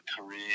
career